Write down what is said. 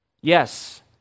Yes